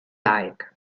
like